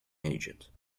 agent